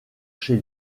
chez